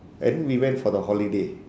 and we went for the holiday